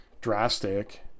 drastic